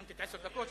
סיימתי עשר דקות,